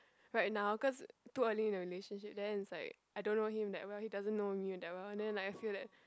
right now cause too early in a relationship then it's like I don't know him that well he doesn't know me that well then like I feel that